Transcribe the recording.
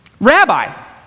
Rabbi